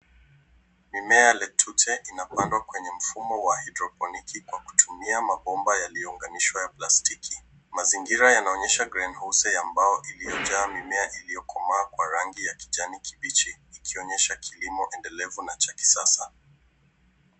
Mimea ya lettuce inapandwa kwenye mfumo ya hydroponic kwa kutumia mabomba yaliyounganishwa ya plastiki. Mazingira yanaonyesha greenhouse ya mbao iliyojaa mimea iliyokomaa kwa rangi ya kijani kibichi ikionyesha kilimo endelevu na cha kisasa.